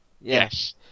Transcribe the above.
yes